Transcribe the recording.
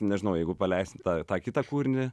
nežinau jeigu paleisim tą tą kitą kūrinį